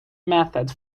method